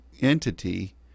entity